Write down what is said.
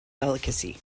delicacy